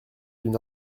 d’une